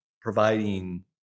Providing